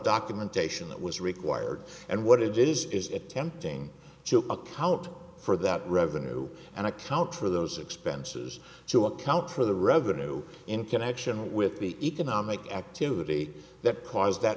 documentation that was required and what it is is attempting to account for that revenue and account for those expenses to account for the revenue in connection with the economic activity that caused that